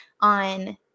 on